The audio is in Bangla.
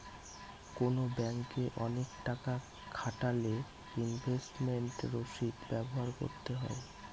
কোনো ব্যাঙ্কে অনেক টাকা খাটালে ইনভেস্টমেন্ট রসিদ ব্যবহার করতে হয়